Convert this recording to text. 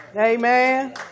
Amen